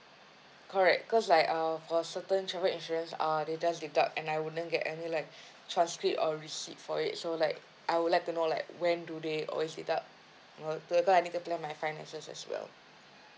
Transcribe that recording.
correct cause like uh for certain travel insurance uh they just deduct and I wouldn't get any like transcript or receipt for it so like I would like to know like when do they always deduct you know I need to plan my finances as well